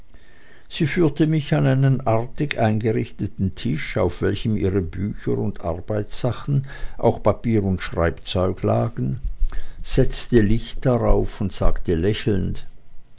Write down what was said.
sie führte mich an einen artig eingerichteten tisch auf welchem ihre bücher und arbeitssachen auch papier und schreibzeug lagen setzte licht darauf und sagte lächelnd